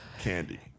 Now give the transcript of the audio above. candy